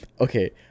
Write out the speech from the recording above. okay